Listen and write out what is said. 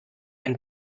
ein